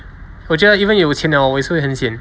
我觉得 even 有钱了我也是会很 sian